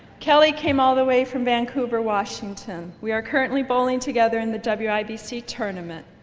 kelly came all the way from vancouver washington we are currently bowling together in the wibc tournament.